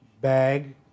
bag